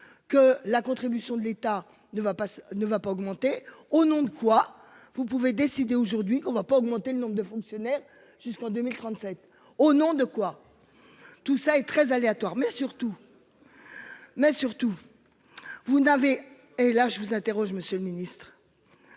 que la contribution de l'État ne va pas, ça ne va pas augmenter au nom de quoi, vous pouvez décider aujourd'hui qu'on ne va pas augmenter le nombre de fonctionnaires jusqu'en 2037 au nom de quoi. Tout ça est très aléatoire mais surtout. Mais surtout. Vous n'avez et là je vous interroge Monsieur le Ministre.